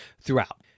throughout